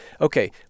Okay